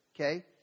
Okay